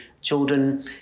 children